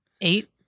eight